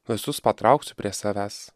visus patrauksiu prie savęs